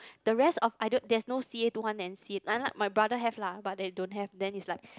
the rest of I don't there is not C_A two one then C_A unlike my brother have lah but they don't have then it's like